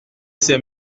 c’est